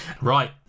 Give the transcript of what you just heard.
Right